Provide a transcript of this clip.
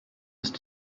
ist